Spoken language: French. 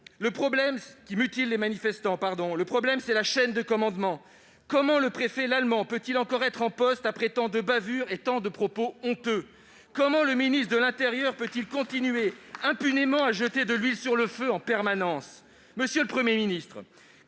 de l'ordre qui mutile les manifestants. Le problème, c'est la chaîne de commandement. Comment le préfet Didier Lallement peut-il encore être en poste après tant de bavures et tant de propos honteux ? Comment le ministre de l'intérieur peut-il en permanence jeter impunément de l'huile sur le feu ? Monsieur le Premier ministre,